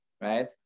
right